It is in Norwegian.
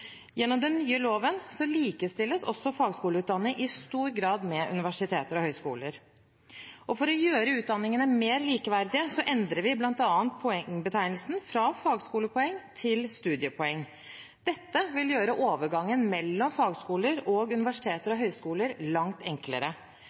Gjennom den nye loven likestilles også fagskoleutdanning i stor grad med universiteter og høyskoler. For å gjøre utdanningene mer likeverdige endrer vi bl.a. poengbetegnelsen fra fagskolepoeng til studiepoeng. Dette vil gjøre overgangen mellom fagskoler og universiteter